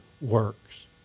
works